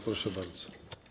Proszę bardzo.